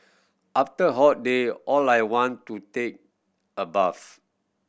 after hot day all I want to take a bath